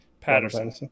Patterson